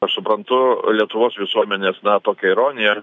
aš suprantu lietuvos visuomenės na tokią ironiją